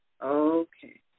Okay